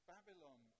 Babylon